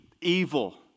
evil